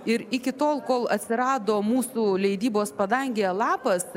ir iki tol kol atsirado mūsų leidybos padangėje lapas